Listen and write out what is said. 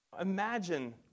Imagine